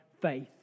faith